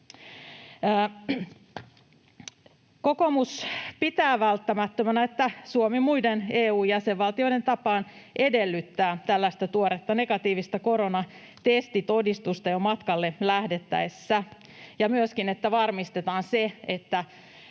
Kokoomus pitää välttämättömänä, että Suomi muiden EU-jäsenvaltioiden tapaan edellyttää tällaista tuoretta negatiivista koronatestitodistusta jo matkalle lähdettäessä, ja myöskin, että varmistetaan se, että